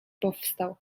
powstał